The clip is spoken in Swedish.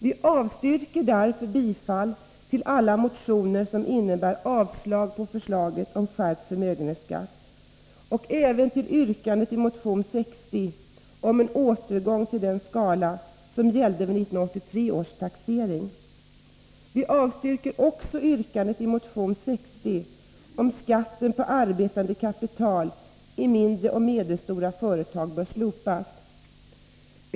Vi avstyrker därför bifall till alla motioner som innebär avslag på förslaget om skärpt förmögenhetsskatt och även till yrkandet i motion 60 om en återgång till den skatteskala som gällde vid 1983 års taxering. Vi avstyrker också yrkandet i motion 60 att skatten på arbetande kapital i mindre och medelstora företag bör slopas.